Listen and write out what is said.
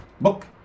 book